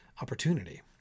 opportunity